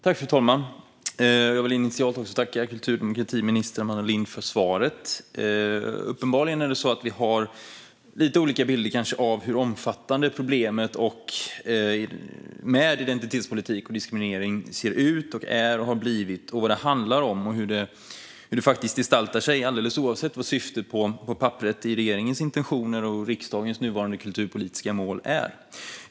Fru talman! Jag vill initialt tacka kultur och demokratiminister Amanda Lind för svaret. Uppenbarligen har vi lite olika bilder av hur omfattande problemet med identitetspolitik och diskriminering är och har blivit, vad det handlar om och hur det faktiskt gestaltar sig, alldeles oavsett vad syftet är på papperet i regeringens intentioner och i riksdagens nuvarande kulturpolitiska mål.